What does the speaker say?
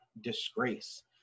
disgrace